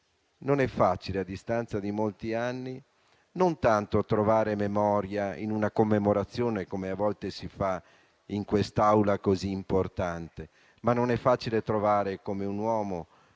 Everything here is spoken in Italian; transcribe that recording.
non è facile a distanza di molti anni non tanto trovare memoria in una commemorazione, come a volte si fa in quest'Aula così importante, ma non è facile trovare un uomo